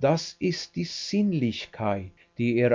das ist die sinnlichkeit die er